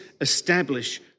establish